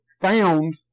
found